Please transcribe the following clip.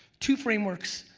two frameworks,